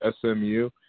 SMU